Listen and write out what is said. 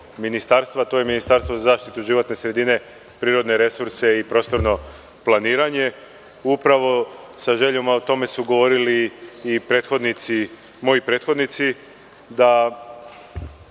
to je ministarstvo za zaštitu životne sredine, prirodne resurse i prostorno planiranje, upravo sa željom, a o tome su govorili i moji prethodnici, ako